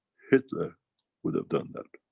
hitler would have done that.